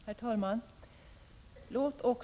Herr talman!